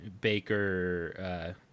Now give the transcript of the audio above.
baker